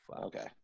okay